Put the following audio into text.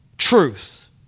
Truth